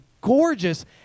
gorgeous